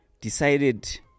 decided